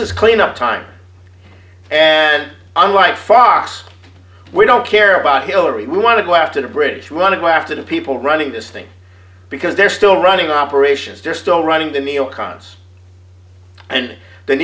is clean up time and unlike far we don't care about hillary we want to go after the british who want to go after the people running this thing because they're still running operations there still running the neo cons and the